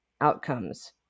outcomes